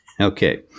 Okay